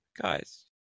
Guys